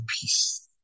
peace